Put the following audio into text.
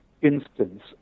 instance